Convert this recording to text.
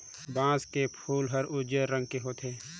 बांस के फूल हर उजर रंग के होथे